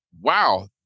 wow